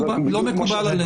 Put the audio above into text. לא מקובל עלינו.